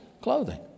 clothing